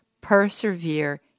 persevere